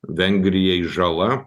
vengrijai žala